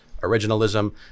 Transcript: originalism